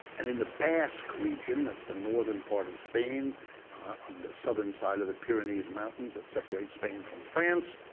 and in the basque region, that's the northern part of spain on the southern side of the pyrenees mountains that separate spain from france,